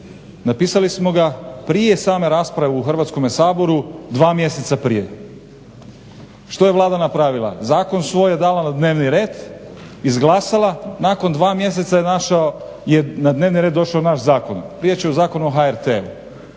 Napisali smo ga prije same rasprave u Hrvatskom Saboru, dva mjeseca prije. Što je Vlada napravila? Zakon je svoj davala na dnevni red, izglasala, nakon dva mjeseca je na dnevni red došao naš zakon. Riječ je o zakonu o HRT-u.